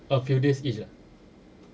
a few days is ah